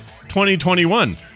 2021